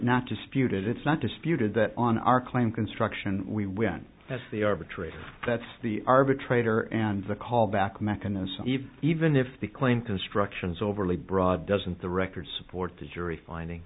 not disputed it's not disputed that on our claim construction we win as the arbitrator that's the arbitrator and the callback mechanism even if the claim construction is overly broad doesn't the record support the jury finding